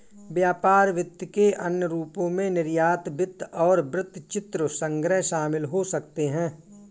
व्यापार वित्त के अन्य रूपों में निर्यात वित्त और वृत्तचित्र संग्रह शामिल हो सकते हैं